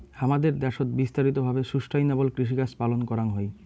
হামাদের দ্যাশোত বিস্তারিত ভাবে সুস্টাইনাবল কৃষিকাজ পালন করাঙ হই